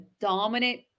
dominant